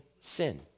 sin